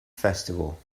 festival